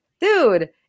dude